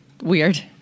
weird